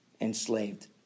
enslaved